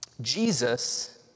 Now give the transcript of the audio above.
Jesus